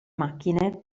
macchine